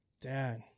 Dad